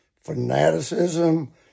fanaticism